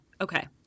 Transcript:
Okay